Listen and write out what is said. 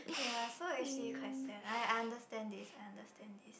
ya so actually quite sad I understand this I understand this